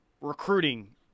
recruiting